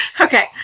okay